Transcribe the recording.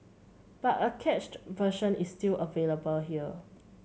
but a cached version is still available here